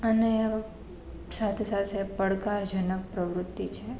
અને સાથે સાથે પડકારજનક પ્રવૃત્તિ છે